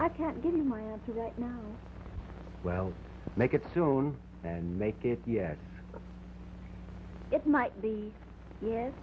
i can't give you my answer right now well make it soon and make it yes it might be yes